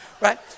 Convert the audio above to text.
right